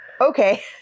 Okay